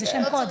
זה שם קוד,